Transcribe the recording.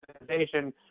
organization